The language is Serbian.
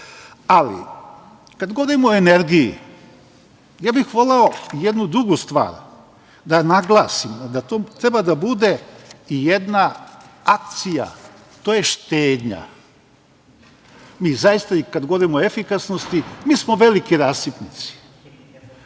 kada govorimo o energiji, voleo bih jednu drugu stvar da naglasimo, da to treba da bude jedna akcija, to je štenja. Mi zaista i kada govorimo o efikasnosti, mi smo veliki rasipnici.